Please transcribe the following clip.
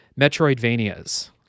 Metroidvanias